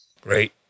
Great